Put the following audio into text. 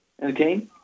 Okay